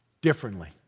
differently